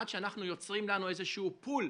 עד שאנחנו יוצרים לנו איזה שהוא pool של,